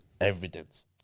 evidence